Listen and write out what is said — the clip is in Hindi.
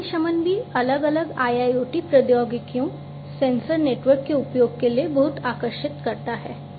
अग्निशमन भी अलग अलग IIoT प्रौद्योगिकियों सेंसर नेटवर्क के उपयोग के लिए बहुत आकर्षित करता है